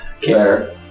care